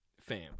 Fam